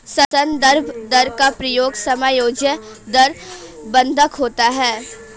संदर्भ दर का प्रयोग समायोज्य दर बंधक होता है